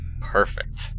Perfect